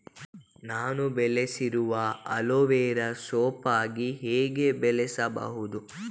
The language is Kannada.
ನಾನು ಬೆಳೆಸಿರುವ ಅಲೋವೆರಾ ಸೋಂಪಾಗಿ ಹೇಗೆ ಬೆಳೆಸಬಹುದು?